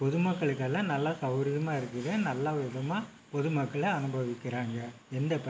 பொதுமக்களுக்கு எல்லாம் நல்ல சவுர்யமாக இருக்குது நல்ல விதமாக பொது மக்கள் அனுபவிக்கிறாங்க எந்த